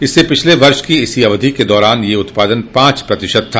इससे पिछले वर्ष की इसी अवधि के दौरान यह उत्पादन पांच प्रतिशत था